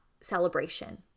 celebration